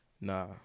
Nah